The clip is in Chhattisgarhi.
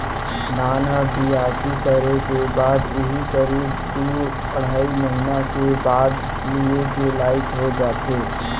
धान ह बियासी करे के बाद उही करीब दू अढ़ाई महिना के बाद लुए के लाइक हो जाथे